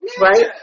Right